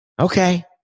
Okay